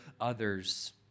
others